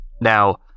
Now